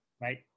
Right